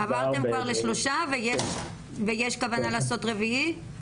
עברתם כבר לשלושה ויש כוונה לעשות רביעי?